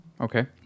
Okay